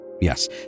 Yes